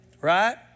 Right